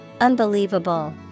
Unbelievable